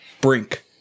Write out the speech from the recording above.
Brink